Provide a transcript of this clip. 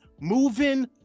moving